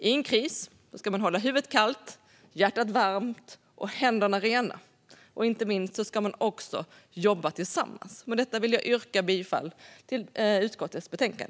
I en kris ska man hålla huvudet kallt, hjärtat varmt och händerna rena, och inte minst ska man jobba tillsammans. Med detta vill jag yrka bifall till utskottets förslag.